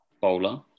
bowler